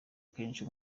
kenshi